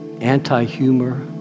anti-humor